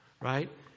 right